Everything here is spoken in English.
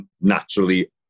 naturally